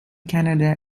canada